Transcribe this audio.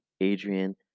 Adrian